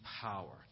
power